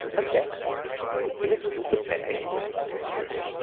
a wreck in innisgluther bay! exclaimed lulu.